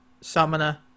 summoner